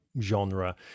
genre